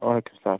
وَعلیکُم السَلام